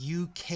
UK